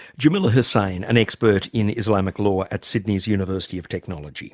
jamila hussain, an expert in islamic law at sydney's university of technology.